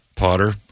potter